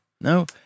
no